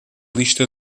lista